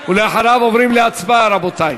אחריו, עוברים להצבעה,